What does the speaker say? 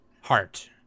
heart